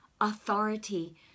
authority